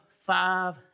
five